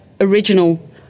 original